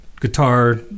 guitar